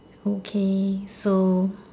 okay so